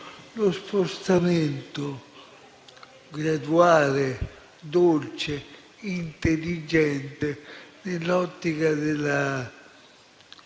lo spostamento graduale, dolce, intelligente nell'ottica della